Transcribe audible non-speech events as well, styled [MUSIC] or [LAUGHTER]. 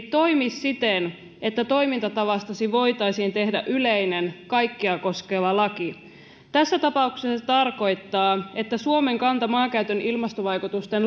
[UNINTELLIGIBLE] toimi siten että toimintatavastasi voitaisiin tehdä yleinen kaikkia koskeva laki tässä tapauksessa se tarkoittaa että suomen kannan maankäytön ilmastovaikutusten [UNINTELLIGIBLE]